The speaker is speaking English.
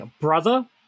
brother